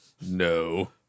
No